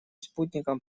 спутником